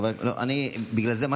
בגלל זה,